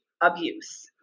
abuse